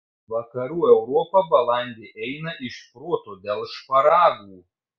vakarų europa balandį eina iš proto dėl šparagų